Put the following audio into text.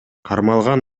кармалган